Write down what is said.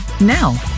Now